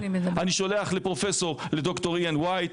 אני שולח לד"ר איאן וייט,